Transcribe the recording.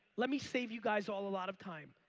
let me save you guys all a lot of time.